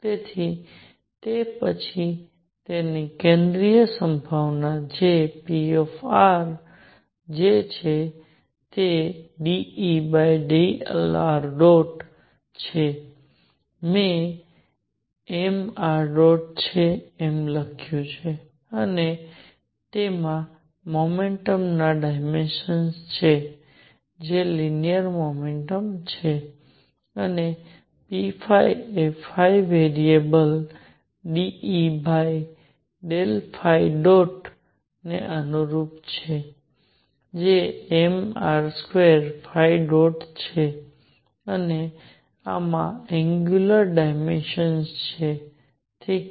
તેથી તે પછી તેની કેન્દ્રીય સંભાવના જે pr છે જે ∂Er છે એ mr છે અને તેમાં મોમેન્ટમના ડાયમેન્શનસ્ છે જે લિનિયર મોમેન્ટમ છે અને p એ વેરીએબલ ∂E ને અનુરૂપ છે જે mr2 છે અને આમાં એંગ્યુલર મોમેન્ટમના ડાયમેન્શનસ્ છે ઠીક છે